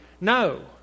No